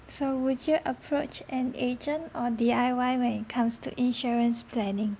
so would you approach an agent or D_I_Y when it comes to insurance planning